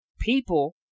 People